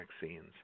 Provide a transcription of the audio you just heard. vaccines